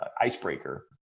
icebreaker